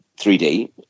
3D